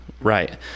Right